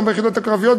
גם ביחידות קרביות,